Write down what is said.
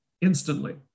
instantly